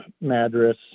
Madras